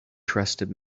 trusted